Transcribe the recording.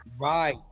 Right